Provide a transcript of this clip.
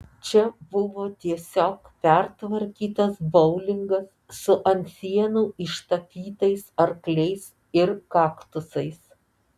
čia buvo tiesiog pertvarkytas boulingas su ant sienų ištapytais arkliais ir kaktusais